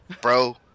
Bro